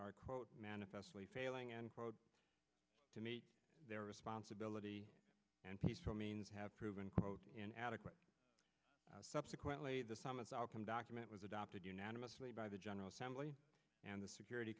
are quote manifestly failing and to meet their responsibility and peaceful means have proven quote in adequate subsequently the summit's outcome document was adopted unanimously by the general assembly and the security